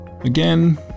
Again